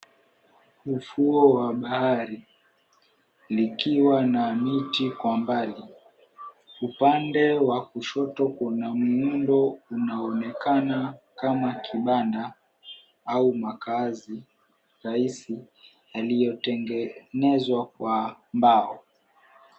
Ufuo wa bahari ikiwa na miti mirefu kwa mbali, upande wa kushoto kuna muundo unaoonekana kama kibanda au makazi rahisi yaliyotengenezwa kwa mbao.